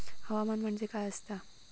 हवामान म्हणजे काय असता?